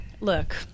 look